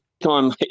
time